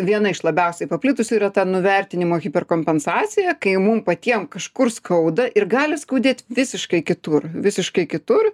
viena iš labiausiai paplitusių yra ta nuvertinimo hiperkompensacija kai mum patiem kažkur skauda ir gali skaudėt visiškai kitur visiškai kitur